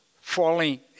falling